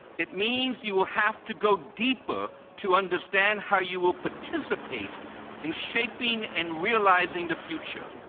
it means you will have to go deeper to understand how you will participate in shaping and realizeing the future.